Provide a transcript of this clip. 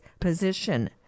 position